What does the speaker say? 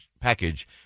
package